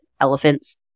elephants